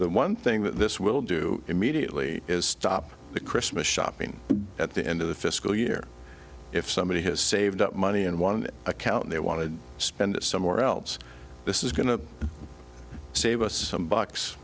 the one thing that this will do immediately is stop the christmas shopping at the end of the fiscal year if somebody has saved up money in one account they want to spend it somewhere else this is going to save us some bucks